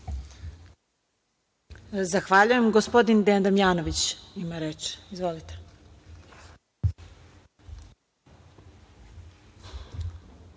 Zahvaljujem. Gospodin Dejan Damjanović ima reč. Izvolite.